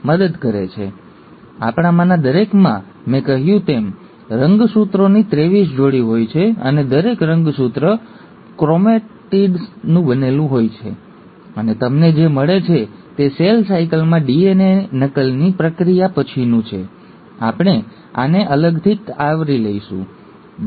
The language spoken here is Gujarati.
અને આપણામાંના દરેકમાં મેં કહ્યું તેમ રંગસૂત્રોની ત્રેવીસ જોડીહોય છે અને દરેક રંગસૂત્ર ક્રોમેટિડ્સ નું બનેલું હોય છે અને તમને જે મળે છે તે સેલ સાયકલમાં ડીએનએ નકલની પ્રક્રિયા પછીનું છે આપણે આને અલગથી આવરી લઈશું ડી